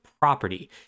property